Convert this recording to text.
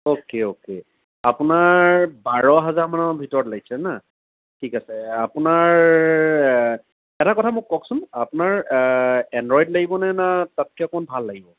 okay okay আপোনাৰ বাৰ হাজাৰ মানৰ ভিতৰত লাগিছিলে ন ঠিক আছে আপোনাৰ এটা কথা মোক কওঁক চোন আপোনাৰ এণড্ৰইড লাগিব নে তাতকে অলপ ভাল লাগিব